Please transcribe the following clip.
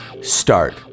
start